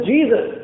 Jesus